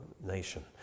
nation